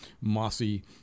mossy